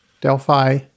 Delphi